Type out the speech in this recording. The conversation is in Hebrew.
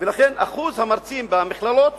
לכן שיעור המרצים הערבים במכללות